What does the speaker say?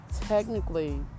technically